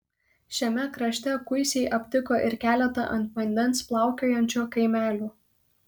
šiame krašte kuisiai aptiko ir keletą ant vandens plaukiojančių kaimelių